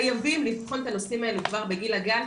חייבים לבחון את הנושאים האלה כבר בגיל הגן,